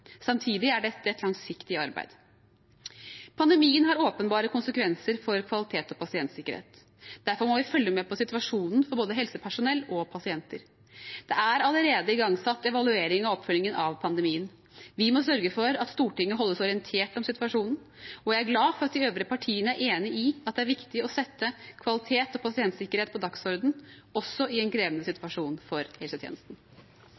Samtidig er dette et langsiktig arbeid. Pandemien har åpenbare konsekvenser for kvalitet og pasientsikkerhet. Derfor må vi følge med på situasjonen for både helsepersonell og pasienter. Det er allerede igangsatt evaluering av oppfølgingen av pandemien. Vi må sørge for at Stortinget holdes orientert om situasjonen, og jeg er glad for at de øvrige partiene er enig i at det er viktig å sette kvalitet og pasientsikkerhet på dagsordenen også i en krevende